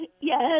Yes